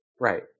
Right